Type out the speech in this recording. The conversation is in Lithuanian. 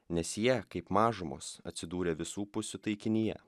nes jie kaip mažumos atsidūrė visų pusių taikinyje